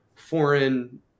foreign